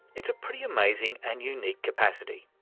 it's a pretty amazing and unique capacity.